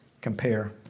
compare